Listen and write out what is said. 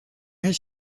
his